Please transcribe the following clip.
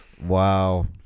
Wow